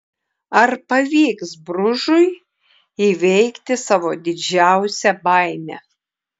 ar pavyks bružui įveikti savo didžiausią baimę